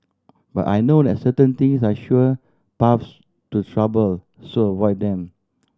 but I know that certain things are sure paths to trouble so avoid them